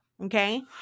okay